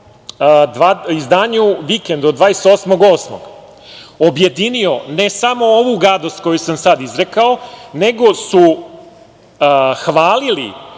izdanju od 28. avgusta objedinio ne samo ovu gadost koju sam sada izrekao, nego su hvalili